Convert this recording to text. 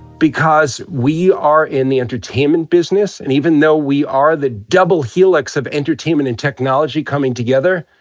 because we are in the entertainment business. and even though we are the double helix of entertainment and technology coming together,